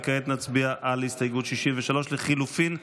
כעת נצביע על הסתייגות 63 לחלופין ב'.